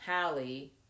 Hallie